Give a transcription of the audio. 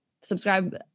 Subscribe